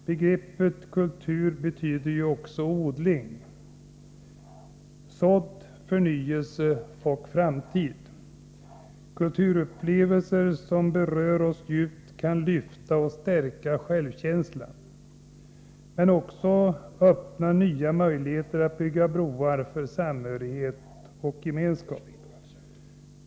Begreppet kultur betyder ju också odling: sådd, förnyelse och framtid. Kulturupplevelser som berör oss djupt kan lyfta och stärka självkänslan men också öppna nya möjligheter att bygga broar för samhörighet och gemenskap.